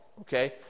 okay